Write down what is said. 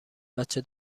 بچه